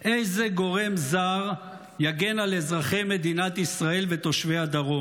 איזה גורם זר יגן על אזרחי מדינת ישראל ותושבי הדרום?